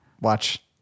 Watch